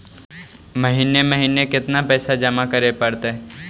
महिने महिने केतना पैसा जमा करे पड़तै?